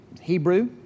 Hebrew